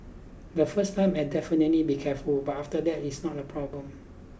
the first time I'll definitely be careful but after that it's not a problem